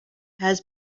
has